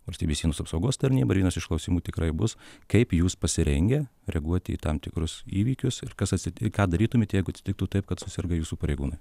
valstybės sienos apsaugos tarnyba ir vienas iš klausimų tikrai bus kaip jūs pasirengę reaguoti į tam tikrus įvykius ir kas atsiti ką darytumėt jeigu atsitiktų taip kad suserga jūsų pareigūnai